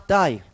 die